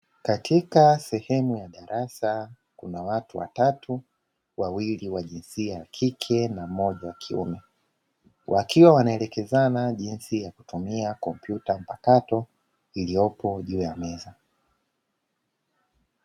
Katika sehemu ya darasa kuna watu watatu wawili wa jinsia ya kike na mmoja wa kiume, wakiwa wanaelekezana jinsi ya kutumia kompyuta mpakato iliyopo juu ya meza.